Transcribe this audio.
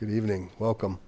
good evening welcome